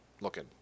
looking